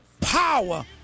power